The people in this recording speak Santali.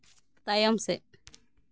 ᱛᱟᱭᱚᱢ ᱥᱮᱫ